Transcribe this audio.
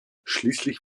schließlich